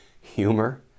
humor